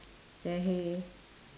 there hey